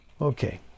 Okay